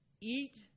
eat